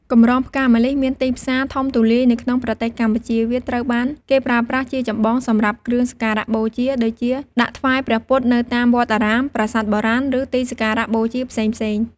កម្រងផ្កាម្លិះមានទីផ្សារធំទូលាយនៅក្នុងប្រទេសកម្ពុជា វាត្រូវបានគេប្រើប្រាស់ជាចម្បងសម្រាប់គ្រឿងសក្ការបូជា ដូចជាដាក់ថ្វាយព្រះពុទ្ធនៅតាមវត្តអារាម ប្រាសាទបុរាណ ឬទីសក្ការៈបូជាផ្សេងៗ។